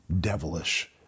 devilish